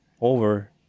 over